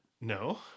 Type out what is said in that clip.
No